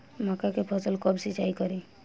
मका के फ़सल कब सिंचाई करी?